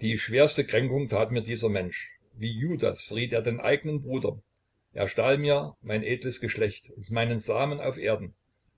die schwerste kränkung tat mir dieser mensch wie judas verriet er den eigenen bruder er stahl mir mein edles geschlecht und meinen samen auf erden